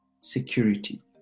security